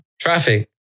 traffic